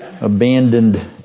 abandoned